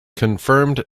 confirmed